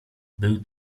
był